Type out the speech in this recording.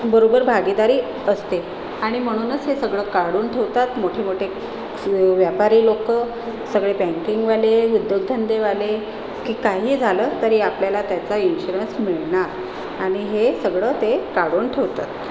बरोबर भागीदारी असते आणि म्हणूनच हे सगळं काढून ठेवतात मोठे मोठे व्यापारी लोकं सगळे बँकिंगवाले उद्योगधंदेवाले की काही झालं तरी आपल्याला त्याचा इन्श्युरन्स मिळणार आणि हे सगळं ते काढून ठेवतात